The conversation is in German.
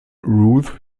ruth